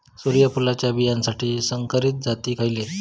सूर्यफुलाच्या बियानासाठी संकरित जाती खयले?